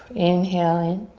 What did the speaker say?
inhale in.